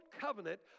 covenant